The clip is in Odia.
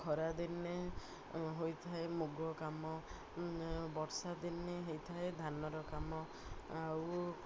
ଖରାଦିନେ ହୋଇଥାଏ ମୁଗ କାମ ବର୍ଷା ଦିନେ ହେଇଥାଏ ଧାନର କାମ ଆଉ